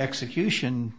execution